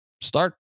start